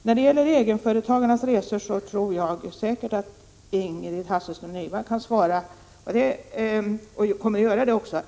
Vad beträffar egenföretagarnas resor kommer säkert Ingrid Hasselström Nyvall att bemöta Olle Östrand på den punkten.